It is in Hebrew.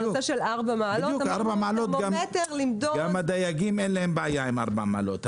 גם לדייגים אין בעיה עם 4 מעלות.